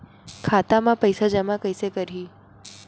खाता म पईसा जमा कइसे करही?